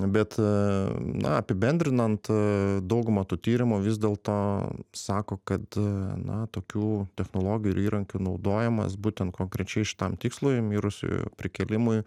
bet na apibendrinant dauguma tų tyrimų vis dėlto sako kad na tokių technologijų ir įrankių naudojimas būtent konkrečiai šitam tikslui mirusiųjų prikėlimui